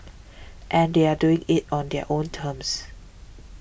and they are doing it on their own terms